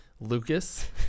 Lucas